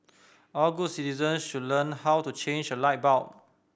all good citizens should learn how to change a light bulb